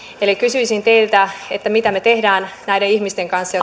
eli kysyisin teiltä mitä me teemme näiden ihmisten kanssa